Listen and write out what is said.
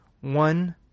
one